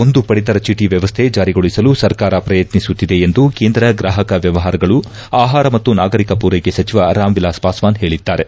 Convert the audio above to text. ಒಂದು ಪಡಿತರ ಚೀಟ ವ್ಯವಸ್ಥೆ ಜಾರಿಗೊಳಿಸಲು ಸರ್ಕಾರ ಪ್ರಯತ್ನಿಸುತ್ತಿದೆ ಎಂದು ಕೇಂದ್ರ ಗ್ರಾಹಕ ವ್ಯವಹಾರಗಳು ಆಹಾರ ಮತ್ತು ನಾಗರಿಕ ಪೂರೈಕೆ ಸಚಿವ ರಾಮ್ ವಿಲಾಸ್ ಪಾಸ್ವಾನ್ ಹೇಳಿದ್ದಾರೆ